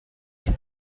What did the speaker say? that